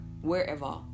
wherever